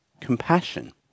compassion